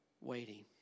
waiting